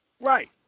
Right